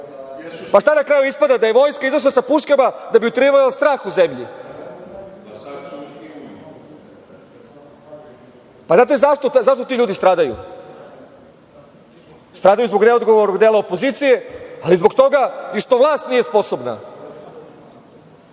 Šta je na kraju ispada da je vojska izašla sa puškama da bi uterivala strah u zemlji? Znate zašto ti ljudi stradaju? Stradaju zbog neodgovornog dela opozicije, ali i zbog toga što vlast nije sposobna. Mnogo